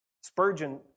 Spurgeon